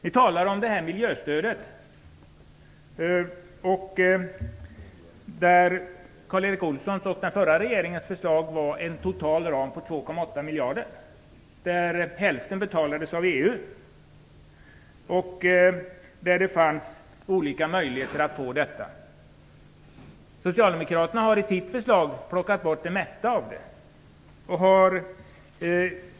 När det gäller miljöstödet var Karl Erik Olssons och den förra regeringens förslag på en total ram av 2,8 miljarder, där hälften betalades av EU. Socialdemokraterna har i sitt förslag plockat bort det mesta av detta.